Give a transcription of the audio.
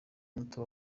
muto